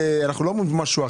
אנחנו לא אומרים משהו אחר.